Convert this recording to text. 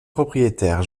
propriétaire